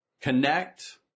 Connect